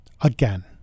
again